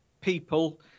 people